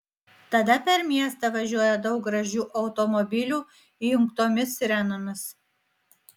tada per miestą važiuoja daug gražių automobilių įjungtomis sirenomis